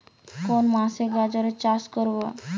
কোন মাসে গাজর চাষ করব?